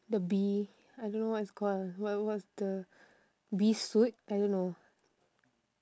the bee I don't know what it's called what what's the bee suit I don't know